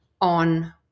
on